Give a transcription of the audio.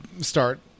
start